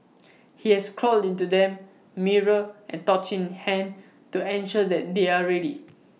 he has crawled into them mirror and torch in hand to ensure that they are ready